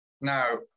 Now